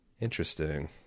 Interesting